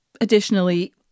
additionally